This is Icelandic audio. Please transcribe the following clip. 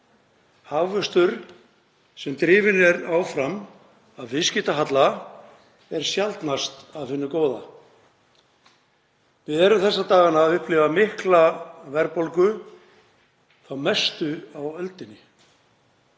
Hagvöxtur sem drifinn er áfram af viðskiptahalla er sjaldnast af hinu góða. Við erum þessa dagana að upplifa mikla verðbólgu, þá mestu á öldinni,